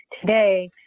today